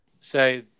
say